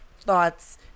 thoughts